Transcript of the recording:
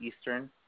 Eastern